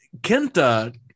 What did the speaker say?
Kenta